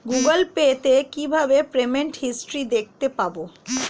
Google Pay তে কিভাবে payment history দেখতে পারবো?